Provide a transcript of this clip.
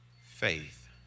faith